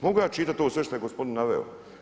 Mogu ja čitati ovo sve što je gospodin naveo.